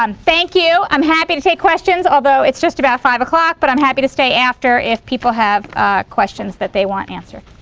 um thank you. i'm happy to take questions although it's just about five o'clock but i'm happy to stay after if people have questions that they want answered.